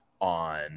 on